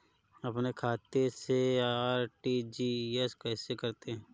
अपने खाते से आर.टी.जी.एस कैसे करते हैं?